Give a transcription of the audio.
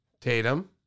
Tatum